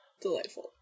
Delightful